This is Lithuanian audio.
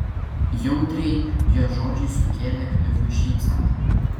jautriai jos žodžiai sukėlė klifui šypseną